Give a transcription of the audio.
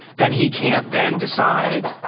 then he can't then decide,